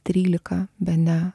trylika bene